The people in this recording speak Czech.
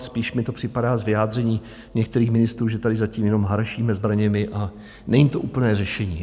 Spíš mi to připadá z vyjádření některých ministrů, že tady zatím jenom harašíme zbraněmi, a není to úplné řešení.